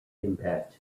impact